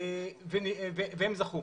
והם זכו.